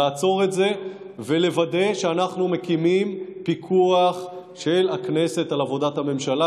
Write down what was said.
לעצור את זה ולוודא שאנחנו מקימים פיקוח של הכנסת על עבודת הממשלה.